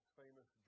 famous